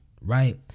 right